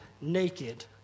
naked